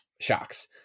shocks